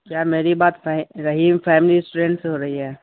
کیا میری بات ف رحیم فیملی ریسٹورینٹ سے ہو رہی ہے